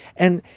and